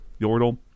Yordle